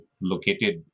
located